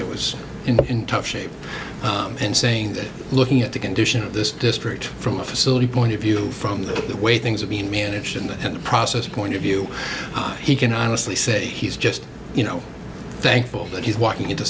that was in tough shape and saying that looking at the condition of this district from a facility point of view from the way things have been managed in the process point of view he can honestly say he's just you know thankful that he's walking into